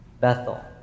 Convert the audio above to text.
Bethel